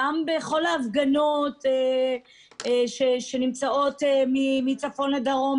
גם בכל ההפגנות שיש בכל מקום מהצפון ועד הדרום,